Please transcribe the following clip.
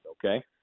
Okay